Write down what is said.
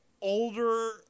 older